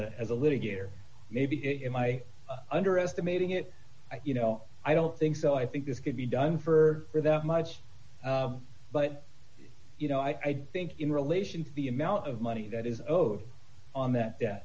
a as a litigator maybe in my underestimating it you know i don't think so i think this could be done for that much but you know i think in relation to the amount of money that is owed on that